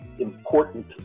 important